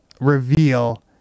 reveal